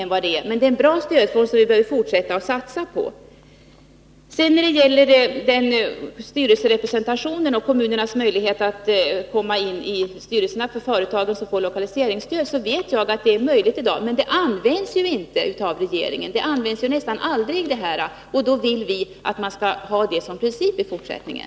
Jag vet att kommunerna i dag kan få in representanter i styrelserna för företag som får lokaliseringsstöd, men den möjligheten används nästan aldrig. Därför vill vi att man skall ha det som princip i fortsättningen.